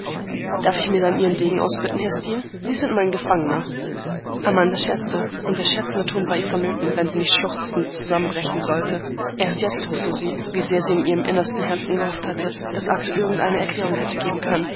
darf ich mir dann ihren degen ausbitten herr steel sie sind mein gefangener amanda scherzte und der scherzende ton war ihr vonnöten wenn sie nicht schluchzend zusammenbrechen sollte erst jetzt wußte sie wie sehr sie in ihrem innersten herzen gehofft hatte daß arthur irgendeine erklärung hätte geben können